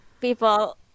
people